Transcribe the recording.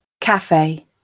cafe